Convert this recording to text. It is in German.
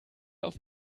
auf